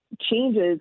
changes